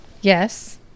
Yes